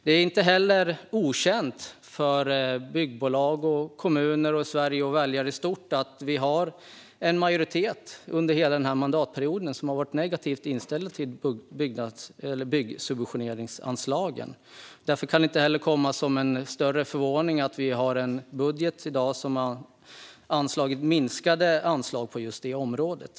Det är inte heller okänt för byggbolag, kommuner och väljare i Sverige att vi under den här mandatperioden har en majoritet som är negativt inställd till byggsubventioneringsanslagen. Därför kan det inte komma särskilt oväntat att vi i dag har en budget där man minskar anslagen på just det området.